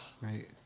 right